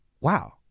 wow